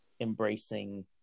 embracing